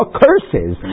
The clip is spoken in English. curses